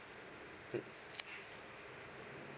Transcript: mm